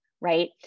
Right